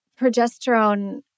progesterone